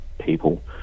people